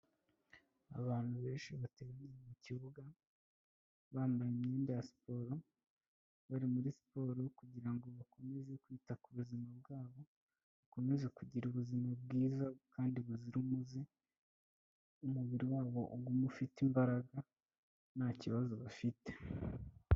Abantu benshi bateraniye mu kibuga bambaye imyenda ya siporo, bari muri siporo kugira ngo bakomeze kwita ku buzima bwabo, bakomeze kugira ubuzima bwiza kandi buzira umuze, umubiri wabo ugume ufite imbaraga nta kibazo bafite.